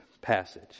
passage